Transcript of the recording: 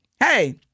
hey